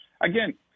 again